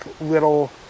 little